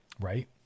right